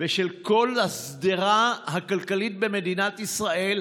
ושל כל השדרה הכלכלית במדינת ישראל: